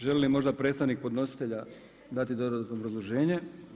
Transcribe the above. Želi li možda predstavnik podnositelja dati dodatno obrazloženje?